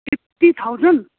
fifty thousand